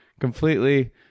Completely